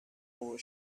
four